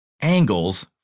Angles